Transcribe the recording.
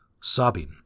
sobbing